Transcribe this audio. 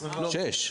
שש?